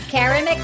Karen